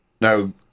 Now